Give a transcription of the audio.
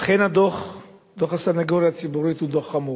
אכן דוח הסניגוריה הציבורית הוא דוח חמור.